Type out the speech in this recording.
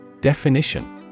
Definition